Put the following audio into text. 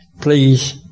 please